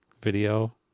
video